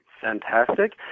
fantastic